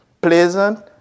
pleasant